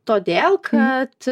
todėl kad